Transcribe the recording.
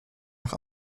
nach